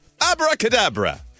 Abracadabra